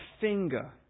finger